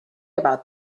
about